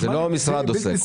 זה לא המשרד עושה.